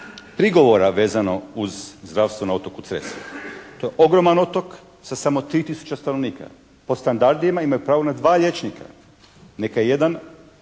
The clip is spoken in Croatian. prigovora vezano uz zdravstvo na otoku Cresa. To je ogroman otok sa samo 3 tisuće stanovnika. Po standardima imaju pravo na 2 liječnika, neka je jedan